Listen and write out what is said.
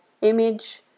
image